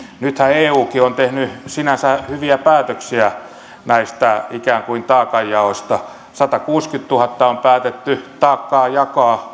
nythän eukin on tehnyt sinänsä hyviä päätöksiä näistä ikään kuin taakanjaoista satakuusikymmentätuhatta ihmistä on päätetty taakkaa jakaa